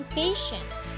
patient